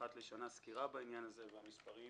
אחת לשנה סקירה בעניין הזה והמספרים